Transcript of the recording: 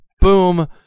boom